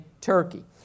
Turkey